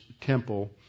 temple